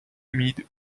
humides